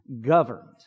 governed